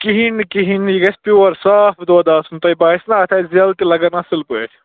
کِہیٖنۍ نہٕ کِہیٖنۍ نہٕ یہِ گژھِ پیُور صاف دۄد آسُن تۄہہِ باسہِ نہ اَتھ آسہِ زٮ۪ل تہِ لگان اَصٕل پٲٹھۍ